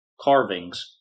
carvings